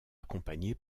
accompagné